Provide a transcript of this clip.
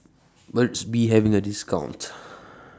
Burt's Bee IS having A discount